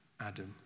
Adam